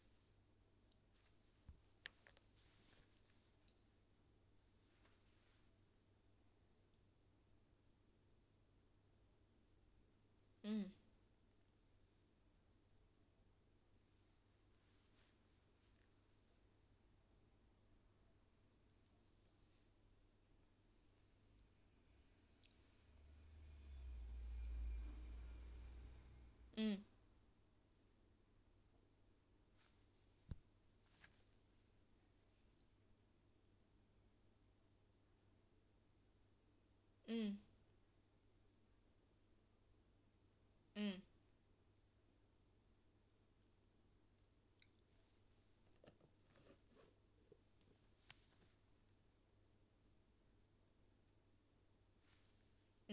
mm mm mm mm mm